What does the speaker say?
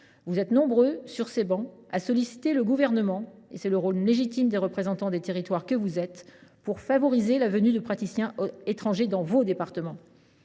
Vous êtes nombreux sur ces travées à solliciter le Gouvernement – c’est le rôle légitime des représentants des territoires que vous êtes –, pour favoriser la venue de praticiens étrangers dans vos départements.